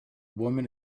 woman